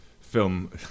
film